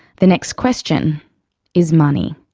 the next question is money.